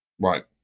right